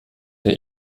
der